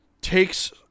takes